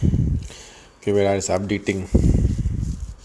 okay wait it's updating